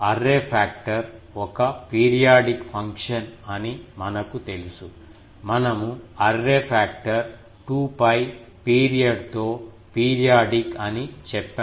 array factor ఒక periodic function అని మనకు తెలుసు మనము అర్రే పాక్టర్ 2 𝜋 పీరియడ్ తో పిరియాడిక్ అని చెప్పాము